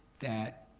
that